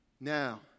Now